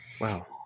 Wow